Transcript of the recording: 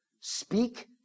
speak